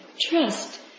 trust